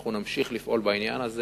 אנחנו נמשיך לפעול בעניין הזה